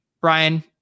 Brian